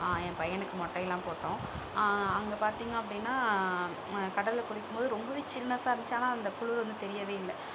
என் பையனுக்கு மொட்டையில்லாம் போட்டோம் அங்கே பார்த்தீங்க அப்படினா கடலில் குளிக்கும் போது ரொம்ப சில்னெஸ்ஸாக இருந்துச்சு ஆனால் அந்த குளிர் வந்து தெரியவே இல்லை